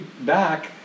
back